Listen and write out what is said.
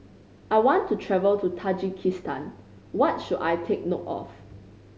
I want to travel to Tajikistan what should I take note of